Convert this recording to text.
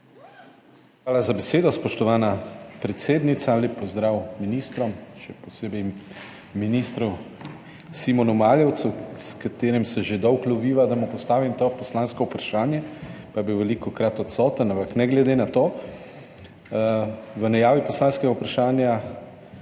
Hvala za besedo, spoštovana predsednica. Lep pozdrav ministrom, še posebej ministru Simonu Maljevcu! Z njim se že dolgo loviva, da mu postavim to poslansko vprašanje, pa je bil velikokrat odsoten, ampak ne glede na to. V najavi poslanskega vprašanja